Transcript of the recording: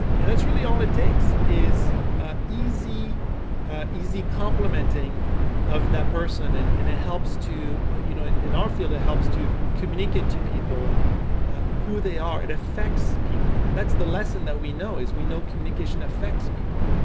and that's really all it takes, is easy easy complimenting of that person and and it helps to, you know, and in our field it helps to communicate to people who they are, it affects people and that's the lesson that we know, is we know communication affects people.